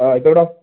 ആ ഇപ്പോൾ എവിടെയാ